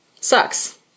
sucks